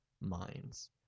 minds